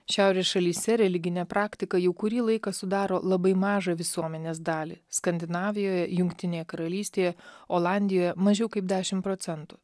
šiaurės šalyse religinė praktika jau kurį laiką sudaro labai mažą visuomenės dalį skandinavijoje jungtinėje karalystėje olandijoje mažiau kaip dešimt procentų